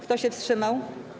Kto się wstrzymał?